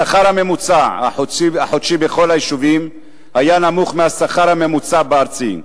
השכר הממוצע החודשי בכל היישובים היה נמוך מהשכר הממוצע הארצי.